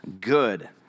good